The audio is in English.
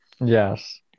Yes